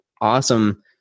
awesome